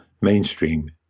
mainstream